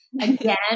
again